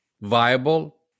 viable